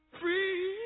free